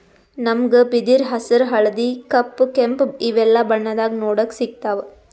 ನಮ್ಗ್ ಬಿದಿರ್ ಹಸ್ರ್ ಹಳ್ದಿ ಕಪ್ ಕೆಂಪ್ ಇವೆಲ್ಲಾ ಬಣ್ಣದಾಗ್ ನೋಡಕ್ ಸಿಗ್ತಾವ್